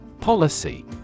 Policy